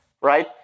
Right